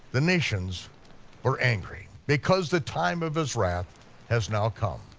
the nations were angry, because the time of his wrath has now come.